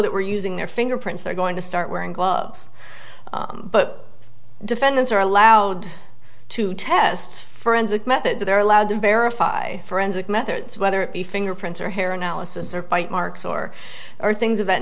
that we're using their fingerprints they're going to start wearing gloves but defendants are allowed to test friends of methods they're allowed to verify forensic methods whether it be fingerprints or hair analysis or bite marks or or things of that